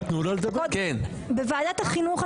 בוועדת החינוך,